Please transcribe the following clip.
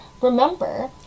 Remember